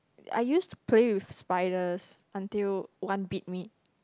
I used to play with spiders until one bit me